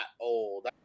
old